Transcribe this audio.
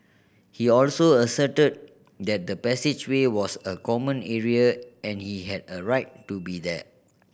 he also asserted that the passageway was a common area and he had a right to be there